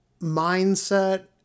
mindset